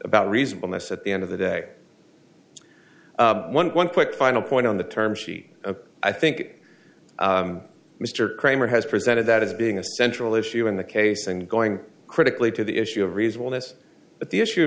about reasonableness at the end of the day one one quick final point on the term she i think mr kramer has presented that as being a central issue in the case and going critically to the issue of reasonableness but the issue